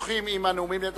האורחים עם הנאומים בני דקה.